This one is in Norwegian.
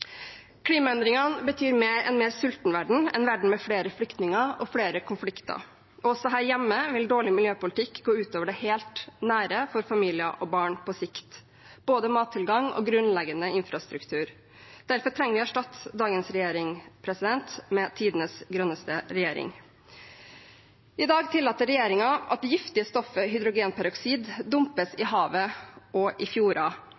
Klimaendringene betyr en mer sulten verden, en verden med flere flyktninger og flere konflikter. Også her hjemme vil dårlig miljøpolitikk gå ut over det helt nære for familier og barn på sikt – både mattilgang og grunnleggende infrastruktur. Derfor trenger vi å erstatte dagens regjering med tidenes grønneste regjering. I dag tillater regjeringen at det giftige stoffet hydrogenperoksid dumpes i havet og i